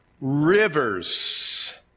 rivers